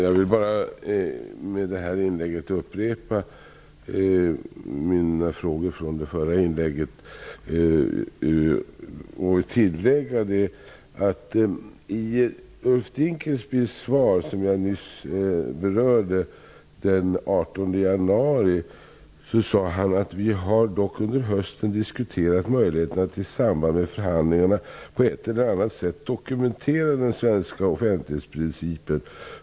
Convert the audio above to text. Herr talman! Med det här inlägget vill jag bara påminna om mina frågor från förra inlägget och göra ett tillägg. I Ulf Dinkelspiels svar av den 18 januari, som jag nyss berörde, sade han: ''Vi har dock under hösten diskuterat möjligheterna att i samband med förhandlingarna på ett eller annat sätt dokumentera den svenska offentlighetsprincipen.